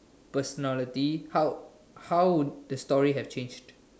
personality how how would the story have changed